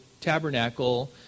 tabernacle